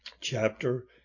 chapter